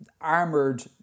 armored